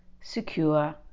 secure